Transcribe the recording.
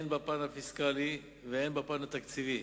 הן בפן הפיסקלי, והן בפן התקציבי.